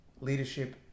leadership